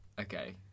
Okay